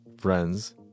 friends